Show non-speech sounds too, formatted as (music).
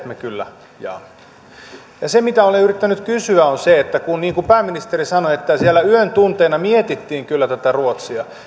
(unintelligible) me kyllä jaamme se mitä olen yrittänyt kysyä on se niin kuin pääministeri sanoi että siellä yön tunteina mietittiin kyllä tätä ruotsia